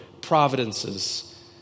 providences